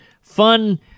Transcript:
fun